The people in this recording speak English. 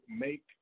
make